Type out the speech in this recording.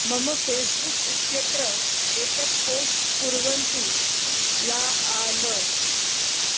मम फ़ेस्बुक् इत्यत्र एतत् पोस्ट् कुर्वन्तु ला आल